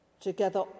together